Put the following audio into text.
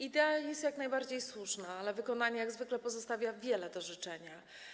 Idea jest jak najbardziej słuszna, ale wykonanie, jak zwykle, pozostawia wiele do życzenia.